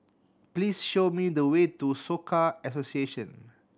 please show me the way to Soka Association